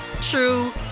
true